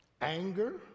Anger